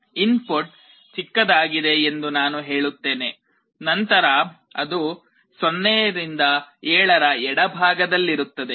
input ಚಿಕ್ಕದಾಗಿದೆ ಎಂದು ನಾನು ಹೇಳುತ್ತೇನೆ ನಂತರ ಅದು 0 ರಿಂದ 7 ರ ಎಡಭಾಗದಲ್ಲಿರುತ್ತದೆ